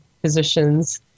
physicians